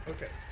Okay